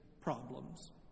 problems